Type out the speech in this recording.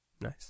Nice